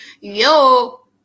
Yo